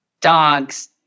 Dogs